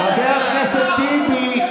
חבר הכנסת טיבי.